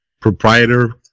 proprietor